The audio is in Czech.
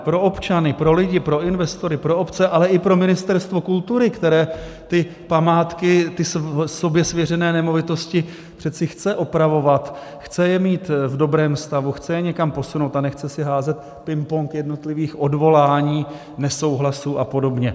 Pro občany, pro lidi, pro investory, pro obce, ale i pro Ministerstvo kultury, které ty památky, sobě svěřené nemovitosti, přece chce opravovat, chce je mít v dobrém stavu, chce je někam posunout a nechce si házet pingpong jednotlivých odvolání, nesouhlasů a podobně.